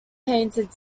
painted